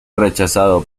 rechazado